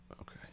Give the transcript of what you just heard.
Okay